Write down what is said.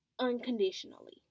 unconditionally